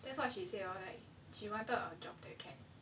that's what she say lor like she wanted a job that can